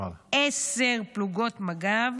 עשר פלוגות מג"ב.